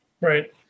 Right